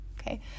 Okay